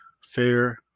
fair